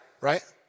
Right